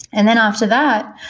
and then after that,